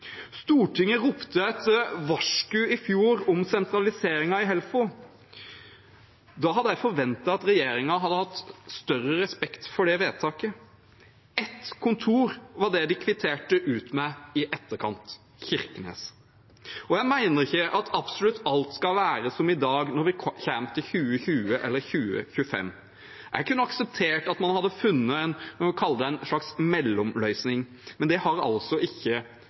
Stortinget ropte et varsku i fjor om sentraliseringen i Helfo. Jeg hadde forventet at regjeringen hadde hatt større respekt for det vedtaket. Ett kontor var det de kvitterte ut med i etterkant – Kirkenes. Jeg mener ikke at absolutt alt skal være som i dag når vi kommer til 2020 eller 2025. Jeg kunne akseptert at man hadde funnet – la oss kalle det – en slags mellomløsning, men det har altså ikke